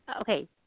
okay